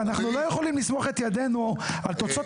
שאנחנו לא יכולים לסמוך את ידנו על תוצאות